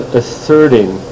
asserting